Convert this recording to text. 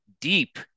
Deep